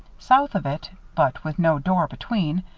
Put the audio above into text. south of it, but with no door between,